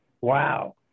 wow